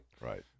Right